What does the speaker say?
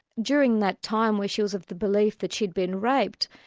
during that time where she was of the belief that she'd been raped,